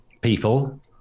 people